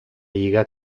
lligar